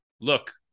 look